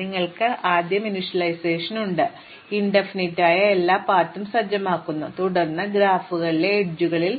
നിങ്ങൾക്ക് ആദ്യം ഇനിഷ്യലൈസേഷൻ ഉണ്ട് അത് അനന്തതയിലേക്കുള്ള എല്ലാ വഴികളും സജ്ജമാക്കുന്നു തുടർന്ന് ഗ്രാഫുകളുള്ള അരികുകളിൽ